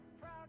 proud